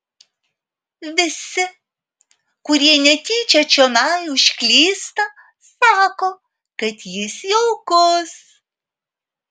visi kurie netyčia čionai užklysta sako kad jis jaukus